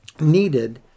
needed